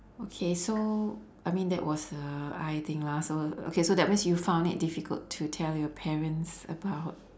okay so I mean that was uh eye thing lah so okay so that means you found it difficult to tell your parents about